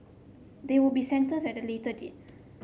they will be sentenced at the later date